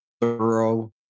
thorough